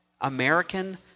American